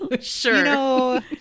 sure